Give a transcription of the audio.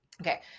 Okay